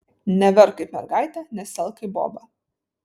neverk kaip mergaitė nesielk kaip boba